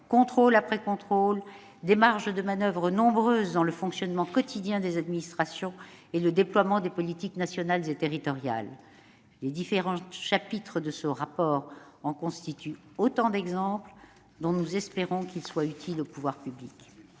contrôle après contrôle, de nombreuses marges de manoeuvre dans le fonctionnement quotidien des administrations et le déploiement des politiques nationales et territoriales. Les différents chapitres de ce rapport en constituent autant d'exemples dont nous espérons qu'ils soient utiles aux pouvoirs publics.